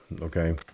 Okay